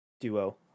duo